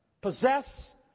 possess